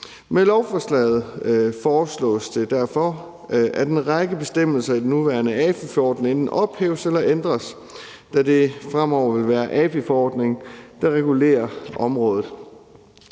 Med lovforslaget foreslås det derfor, at en række bestemmelser i den nuværende AFI-forordning enten ophæves eller ændres, da det fremover vil være AFI-forordningen, der regulerer området.